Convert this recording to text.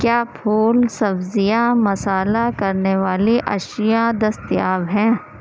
کیا پھول سبزیاں مسالہ کرنے والی اشیا دستیاب ہیں